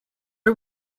are